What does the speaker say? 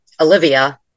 Olivia